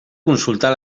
consultar